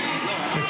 אדוני.